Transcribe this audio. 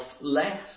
less